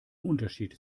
unterschied